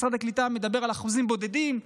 משרד הקליטה מדבר על אחוזים בודדים,